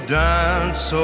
dance